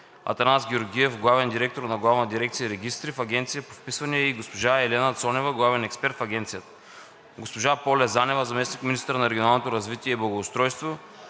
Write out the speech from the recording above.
Атанас Георгиев – главен директор на Главна дирекция „Регистри“ в Агенцията по вписванията, и госпожа Елена Цонева – главен експерт в агенцията; - госпожа Поля Занева – заместник-министър на регионалното развитие и благоустройството,